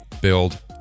build